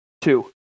Two